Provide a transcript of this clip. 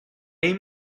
aim